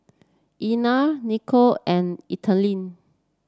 Erna Nicolle and Ethelene